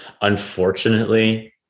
Unfortunately